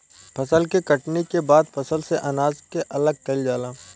फसल के कटनी के बाद फसल से अनाज के अलग कईल जाला